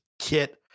kit